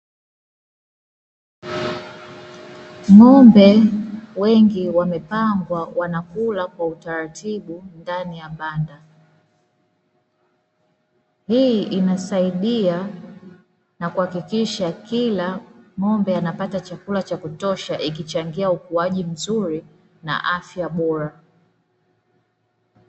Ng'ombe wengi wamepangwa wanakula kwa utaratibu ndani ya banda. Hii inasaidia na kuhakikisha kila ng'ombe anapata chakula cha kutosha ikichangia ukuaji mzuri na afya bora.